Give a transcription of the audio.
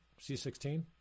c16